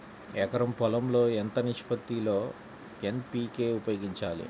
ఎకరం పొలం లో ఎంత నిష్పత్తి లో ఎన్.పీ.కే ఉపయోగించాలి?